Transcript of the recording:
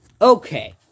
Okay